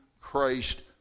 Christ